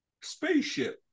spaceship